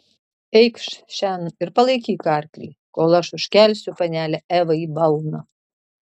eikš šen ir palaikyk arklį kol aš užkelsiu panelę evą į balną